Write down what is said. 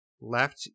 left